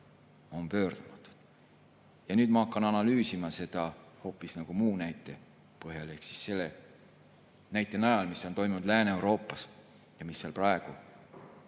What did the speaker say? on pöördumatud. Nüüd ma hakkan analüüsima seda hoopis muu põhjal ehk selle najal, mis on toimunud Lääne-Euroopas ja mis seal praegu